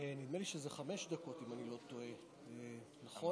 נדמה לי שזה חמש דקות, אם אני לא טועה, נכון?